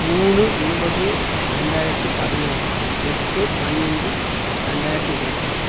மூனு ஒன்பது ரெண்டாயிரத்தி பதினேழு எட்டு பன்னெண்டு ரெண்டாயிரத்தி இருபத்தி ஒன்று